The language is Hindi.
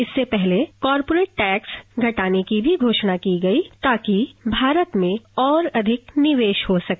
इससे पहले कारपोरेट टैक्स घटाने की भी घोषणा की गई ताकि भारत में और अधिक निवेश हो सके